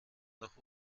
noch